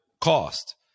cost